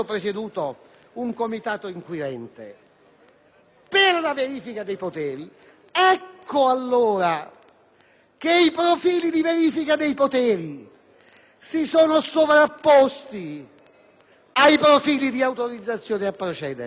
per la verifica dei poteri. Ecco, allora, che i profili di verifica dei poteri si sono sovrapposti ai profili di autorizzazione a procedere. Ho troppo rispetto